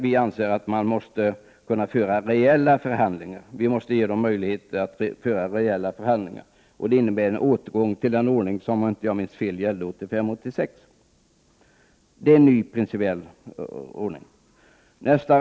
Vi anser att de måste kunna föra reella förhandlingar. Det innebär en annan principiell ordning, en återgång till den ordning som gällde, om jag inte minns fel, 1985/86.